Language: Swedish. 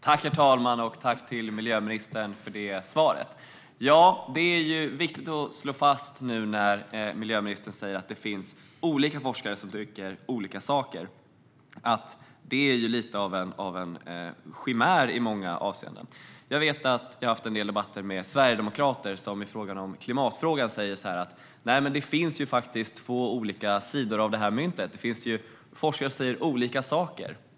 Herr talman! Tack, miljöministern, för det svaret! Miljöministern säger att det finns olika forskare som tycker olika saker. Det är viktigt att slå fast att det är lite av en chimär i många avseenden. Jag har haft en del debatter med sverigedemokrater som i klimatfrågan säger: Nej, det finns faktiskt två olika sidor av myntet. Det finns forskare som säger olika saker.